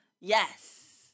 Yes